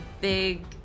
big